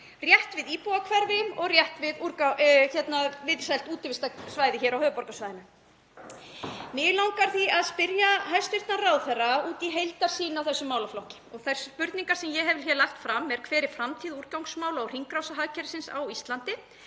rétt við íbúahverfi og rétt við vinsælt útivistarsvæði hér á höfuðborgarsvæðinu. Mig langar því að spyrja hæstv. ráðherra út í heildarsýn á þessum málaflokki og þær spurningar sem ég hef lagt fram eru: Hver er framtíð úrgangsmála og hringrásarhagkerfisins á Íslandi?